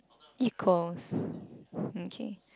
equals okay